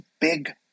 big